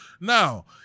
now